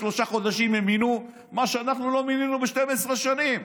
בשלושה חודשים הם מינו מה שאנחנו לא מינינו ב-12 שנים.